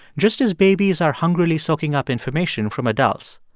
just as babies are hungrily soaking up information from adults.